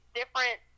different